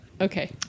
Okay